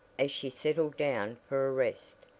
as she settled down for a rest,